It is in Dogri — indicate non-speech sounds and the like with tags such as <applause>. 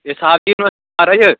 <unintelligible> महाराज